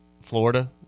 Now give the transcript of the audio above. Florida